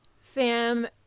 Sam